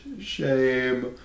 shame